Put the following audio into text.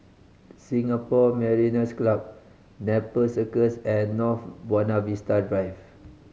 Singapore Mariners' Club Nepal Circus and North Buona Vista Drive